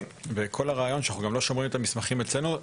וכל הרעיון הוא שאנחנו גם לא שומרים את המסמכים אצלנו,